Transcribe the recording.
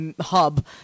hub